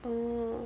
oh